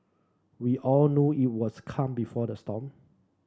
we all know it was the calm before the storm